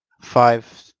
five